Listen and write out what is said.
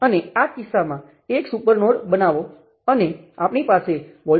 તેથી ડાબી બાજુએ મારી પાસે Rm × Ix હશે